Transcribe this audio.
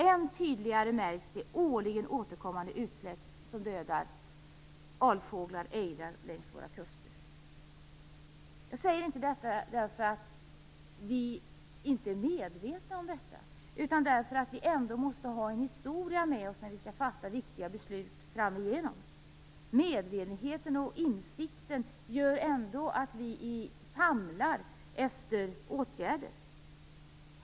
Ännu tydligare märks de årligen återkommande utsläpp som dödar alfåglar och ejdrar längs våra kuster. Jag säger inte detta därför att vi inte skulle vara medvetna om detta, utan jag säger detta därför att vi trots allt måste ha en historia med när vi framgent skall fatta viktiga beslut. Trots medvetenheten och insikten famlar vi efter åtgärder.